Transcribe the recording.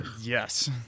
Yes